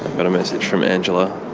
but a message from angela.